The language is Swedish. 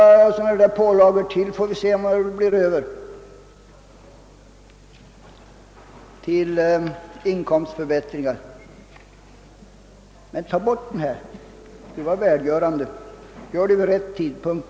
Om ytterligare pålagor läggs på företagsamheten, får vi se vad som blir över till inkomstförbättringar. Nej, tag bort denma skatt, men gör det vid lämplig tidpunkt!